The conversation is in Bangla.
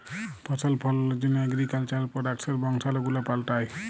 ফসল ফললের জন্হ এগ্রিকালচার প্রডাক্টসের বংশালু গুলা পাল্টাই